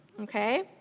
Okay